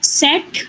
set